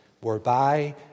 whereby